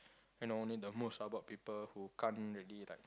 you know only the most troubled people who can't really like